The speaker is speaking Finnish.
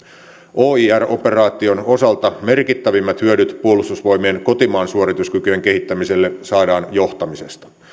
oir operaation osalta merkittävimmät hyödyt puolustusvoimien kotimaan suorituskykyjen kehittämiselle saadaan johtamisesta